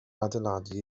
adeiladu